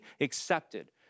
accepted